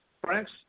Frank's